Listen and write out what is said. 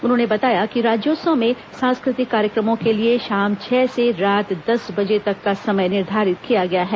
उन्होंने बताया कि राज्योत्सव में सांस्कृतिक कार्यक्रमों के लिए शाम छह से रात दस बजे तक का समय निर्धारित किया गया है